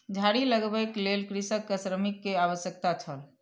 झाड़ी लगबैक लेल कृषक के श्रमिक के आवश्यकता छल